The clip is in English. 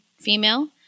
female